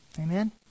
Amen